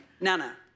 Nana